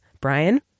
Brian